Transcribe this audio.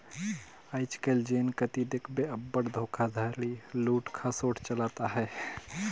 आएज काएल जेन कती देखबे अब्बड़ धोखाघड़ी, लूट खसोट चलत अहे